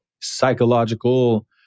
psychological